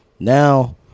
now